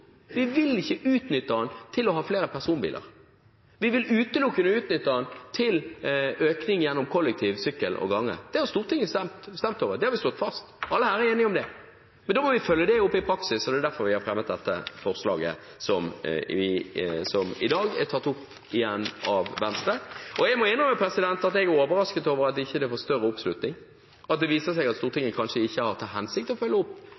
Vi vil ikke utnytte den til flere personbiler. Vi vil utelukkende utnytte den til økning gjennom kollektivtransport, sykkel og gange. Det har Stortinget stemt over. Det har vi slått fast. Alle her er enige om det. Men da må vi følge det opp i praksis, og det er derfor vi har fremmet dette forslaget, som i dag er tatt opp igjen av Venstre. Jeg må innrømme at jeg er overrasket over at det ikke får større oppslutning, at det viser seg at Stortinget kanskje ikke har til hensikt å følge opp